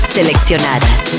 Seleccionadas